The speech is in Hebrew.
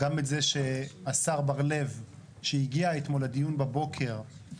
אז רציתי להגיד לך שאם יש ח"כ שנמצא הכי הרבה בוועדות הכנסת זה שלמה